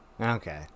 Okay